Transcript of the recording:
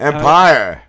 Empire